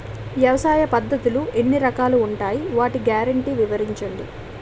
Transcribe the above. వ్యవసాయ పద్ధతులు ఎన్ని రకాలు ఉంటాయి? వాటి గ్యారంటీ వివరించండి?